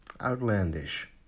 outlandish